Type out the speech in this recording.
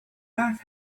earth